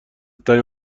ترین